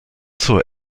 zur